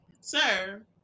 Sir